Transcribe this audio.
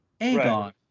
aegon